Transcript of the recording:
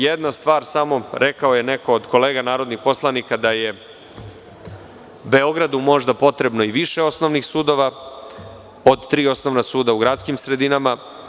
Još jedna stvar samo, rekao je neko od kolega narodnih poslanika da je Beogradu možda potrebno i više osnovnih sudova od tri osnovna suda u gradskim sredinama.